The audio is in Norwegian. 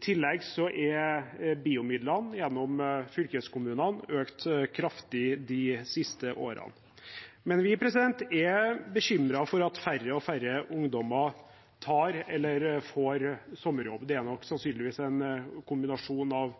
tillegg er BIO-midlene gjennom fylkeskommunene økt kraftig de siste årene. Vi er likevel bekymret for at færre og færre ungdommer tar eller får sommerjobb – det er nok sannsynligvis en kombinasjon av